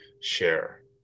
share